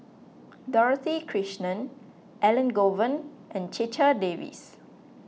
Dorothy Krishnan Elangovan and Checha Davies